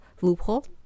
loophole